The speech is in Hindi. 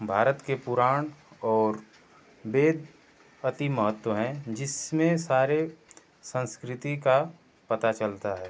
भारत के पुराण और वेद अति महत्व हैं जिसमें सारे संस्कृति का पता चलता है